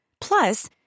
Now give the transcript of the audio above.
Plus